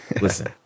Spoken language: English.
listen